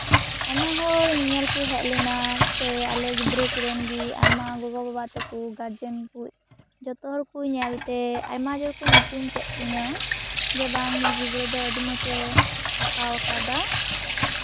ᱟᱭᱢᱟ ᱦᱚᱲ ᱧᱮᱧᱮᱞ ᱠᱚ ᱦᱮᱡᱞᱮᱱᱟ ᱥᱮ ᱟᱞᱮ ᱜᱤᱫᱽᱨᱟᱹ ᱠᱚᱨᱮᱱ ᱜᱮ ᱟᱭᱢᱟ ᱜᱚᱜᱚᱼᱵᱟᱵᱟ ᱛᱟᱠᱩ ᱜᱟᱨᱡᱮᱱ ᱠᱩ ᱡᱚᱛᱚ ᱦᱚᱲ ᱠᱩ ᱧᱮᱞᱛᱮ ᱟᱭᱢᱟ ᱡᱳᱨ ᱠᱚ ᱧᱩᱛᱩᱢ ᱠᱮᱫ ᱛᱤᱧᱟᱹ ᱡᱮ ᱵᱟᱝ ᱱᱩᱭ ᱜᱤᱫᱽᱨᱟᱹ ᱫᱚ ᱟᱹᱰᱤ ᱢᱚᱸᱡᱮᱭ ᱟᱸᱠᱟᱣ ᱟᱠᱟᱫᱟ